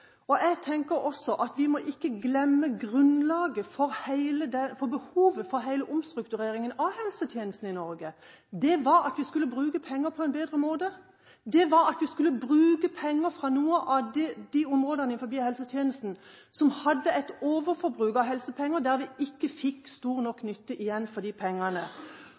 gitt. Jeg tenker også at vi må ikke glemme grunnlaget/behovet for hele omstruktureringen av helsetjenesten i Norge. Det var at vi skulle bruke penger på en bedre måte. Det var at vi skulle bruke penger fra noen av de områdene i helsetjenesten som hadde et overforbruk av helsepenger, der vi ikke fikk stor nok nytte igjen for de pengene.